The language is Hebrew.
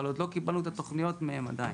אבל עוד לא קיבלנו את התוכניות מהן עדיין.